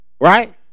right